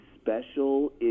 special